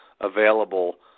available